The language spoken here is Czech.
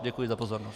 Děkuji za pozornost.